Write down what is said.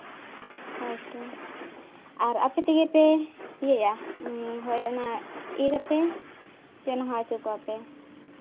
ᱦᱳᱭ ᱛᱚ ᱟᱨ ᱟᱯᱮ ᱛᱮᱜᱮ ᱯᱮ ᱤᱭᱟᱹᱭᱟ ᱦᱳᱭ ᱚᱱᱟ ᱤᱨ ᱟᱯᱮ ᱥᱮ ᱚᱱᱟ ᱦᱚᱸ ᱟᱹᱪᱩ ᱠᱚᱣᱟᱯᱮ